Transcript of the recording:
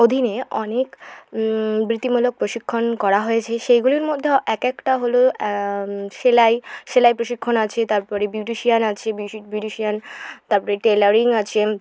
অধীনে অনেক বৃত্তিমূলক প্রশিক্ষণ করা হয়েছে সেইগুলির মধ্যেও এক একটা হল সেলাই সেলাই প্রশিক্ষণ আছে তারপরে বিউটিশিয়ান আছে বিউটিশিয়ান তারপরে টেলারিং আছে